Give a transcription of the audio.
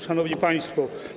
Szanowni Państwo!